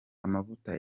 amavuta